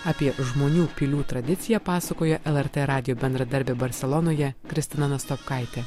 apie žmonių pilių tradiciją pasakoja lrt radijo bendradarbė barselonoje kristina nastopkaitė